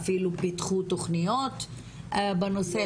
אפילו פיתחו תוכניות בנושא,